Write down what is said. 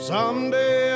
Someday